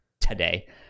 today